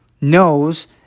knows